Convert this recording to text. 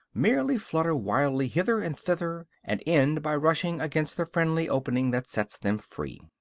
merely flutter wildly hither and thither, and end by rushing against the friendly opening that sets them free.